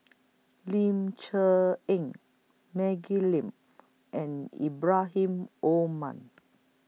Ling Cher Eng Maggie Lim and Ibrahim Omar